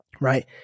Right